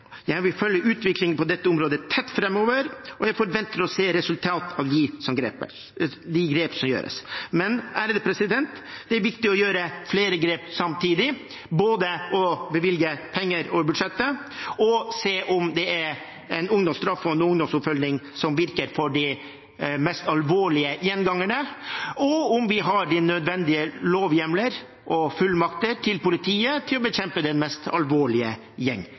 Jeg vil følge utviklingen på dette området tett framover, og jeg forventer å se resultater av de grep som gjøres. Men det er viktig å gjøre flere grep samtidig, både å bevilge penger over budsjettet og å se på om det er ungdomsstraff og ungdomsoppfølging som virker for de mest alvorlige gjengangerne, og om politiet har de nødvendige lovhjemler og fullmakter for å bekjempe den mest alvorlige